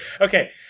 okay